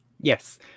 Yes